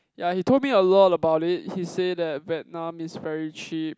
ya he told me a lot about it he say that Vietnam is very cheap